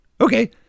Okay